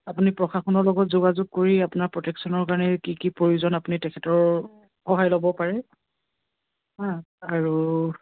আপুনি প্ৰশাসনৰ লগত যোগাযোগ কৰি আপোনাৰ প্ৰটেকচনৰ কাৰণে কি কি প্ৰয়োজন আপুনি তেখেতৰ সহায় ল'ব পাৰে হা আৰু